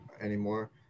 anymore